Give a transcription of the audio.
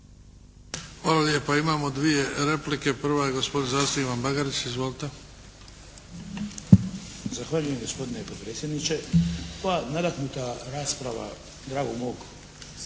Hvala lijepa. Imamo dvije replike. Prva je gospodin zastupnik Ivan Bagarić. Izvolite.